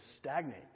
stagnate